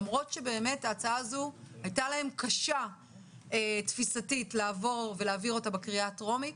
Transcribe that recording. למרות שההצעה הייתה קשה תפיסתית והיה קשה להעביר בקריאה הטרומית.